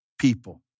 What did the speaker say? people